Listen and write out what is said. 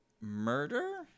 murder